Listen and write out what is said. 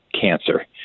cancer